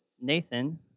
Nathan